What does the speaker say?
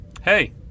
hey